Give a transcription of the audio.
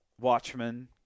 Watchmen